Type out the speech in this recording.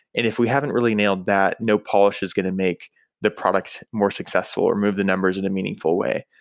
and if we haven't really nailed that, no polish is going to make the product more successful or move the numbers in a meaningful way.